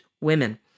women